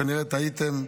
כנראה טעיתם.